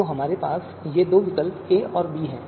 तो हमारे पास ये दो विकल्प a और b हैं